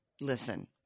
Listen